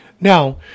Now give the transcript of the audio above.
Now